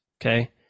Okay